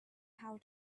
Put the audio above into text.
how